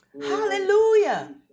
Hallelujah